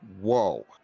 Whoa